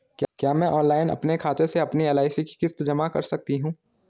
क्या मैं ऑनलाइन अपने खाते से अपनी एल.आई.सी की किश्त जमा कर सकती हूँ?